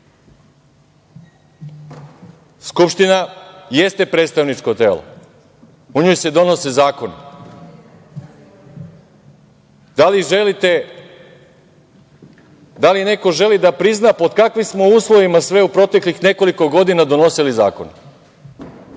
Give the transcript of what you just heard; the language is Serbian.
jeste predstavničko telo, u njoj se donose zakoni. Da li neko želi da prizna pod kakvim smo uslovima sve u proteklih nekoliko godina donosili zakone,